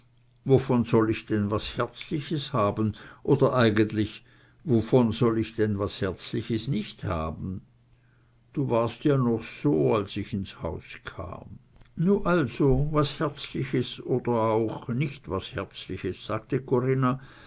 wovon soll ich denn was herzliches haben oder eigentlich wovon soll ich denn was herzliches nich haben du warst ja noch so als ich ins haus kam nun also was herzliches oder auch nicht was herzliches sagte corinna